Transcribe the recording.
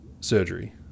surgery